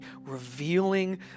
revealing